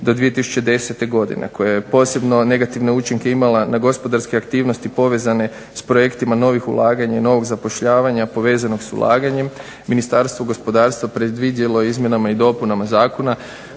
do 2010. godine koje je posebno negativne učinke imala na gospodarske aktivnosti povezne s projektima novih ulaganja i novog zapošljavanja povezanog sa ulaganjem, ministarstvo gospodarstva predvidjelo je izmjenama i dopunama zakona